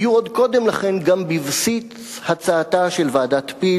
היתה עוד קודם לכן גם בבסיס הצעתה של ועדת-פיל,